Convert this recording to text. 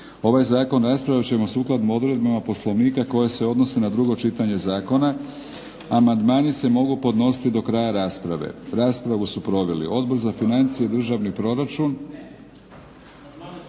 Ovaj zakon raspravit ćemo sukladno odredbama Poslovnika koje se odnose na drugo čitanje zakona. Amandmani se mogu podnositi do kraja rasprave. Raspravu su proveli Odbor za financije i državni proračun,